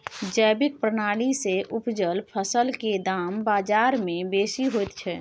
जैविक प्रणाली से उपजल फसल के दाम बाजार में बेसी होयत छै?